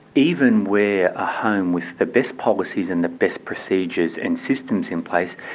even where a home with the best policies and the best procedures and systems in place,